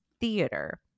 theater